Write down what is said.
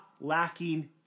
lacking